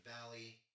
Valley